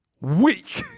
weak